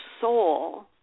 soul